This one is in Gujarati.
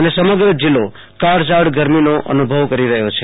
અને સમગ્ર જિલ્લો કાળઝાળ ગરમીનો અનભવ કરો રહયો છે